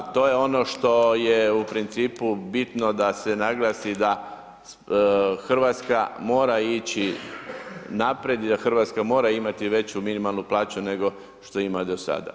A to je ono što je u principu bitno da se naglasi da Hrvatska mora ići naprijed jer Hrvatska mora imati veću minimalnu plaću nego što ima do sada.